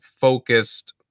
focused